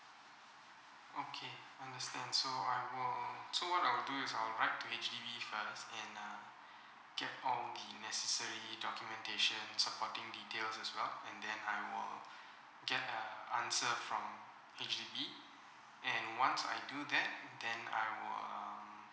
okay understand so I will so what I will do is I'll write to H_D_B first and uh get all the necessary documentation suporting details as well and then I will get err answer from H_D_B and once I do that then I will